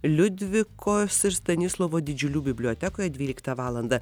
liudvikos ir stanislovo didžiulių bibliotekoje dvyliktą valandą